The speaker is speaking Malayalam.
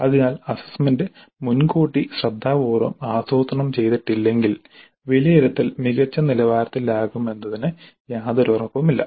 അതിനാൽ അസ്സസ്സ്മെന്റ് മുൻകൂട്ടി ശ്രദ്ധാപൂർവ്വം ആസൂത്രണം ചെയ്തിട്ടില്ലെങ്കിൽ വിലയിരുത്തൽ മികച്ച നിലവാരത്തിലാകുമെന്നതിന് യാതൊരു ഉറപ്പുമില്ല